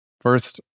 first